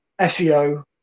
SEO